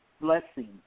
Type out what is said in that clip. blessing